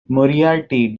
moriarty